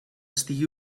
estigui